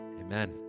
Amen